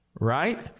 Right